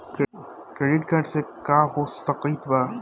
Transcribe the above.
Credit card से का हो सकइत बा?